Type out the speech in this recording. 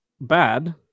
bad